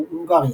הונגריה.